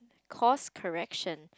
course correction